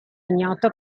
ignoto